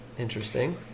Interesting